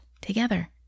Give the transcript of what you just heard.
Together